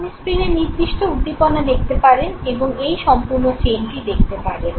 আপনি স্ক্রিনে নির্দিষ্ট উদ্দীপনা দেখতে পারেন এবং এই সম্পূর্ণ চেইনটি দেখতে পারেন